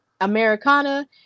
americana